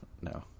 No